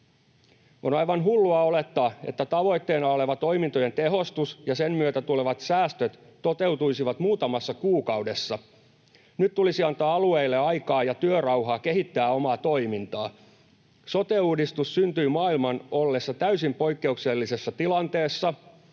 On aivan hullua olettaa, että tavoitteena oleva toimintojen tehostus ja sen myötä tulevat säästöt toteutuisivat muutamassa kuukaudessa. Nyt tulisi antaa alueille aikaa ja työrauhaa kehittää omaa toimintaa. Sote-uudistus syntyi maailman ollessa täysin poikkeuksellisessa tilanteessa,